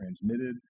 transmitted